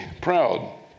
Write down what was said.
proud